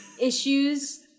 issues